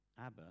Abba